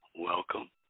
Welcome